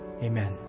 Amen